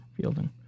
Fielding